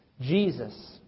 Jesus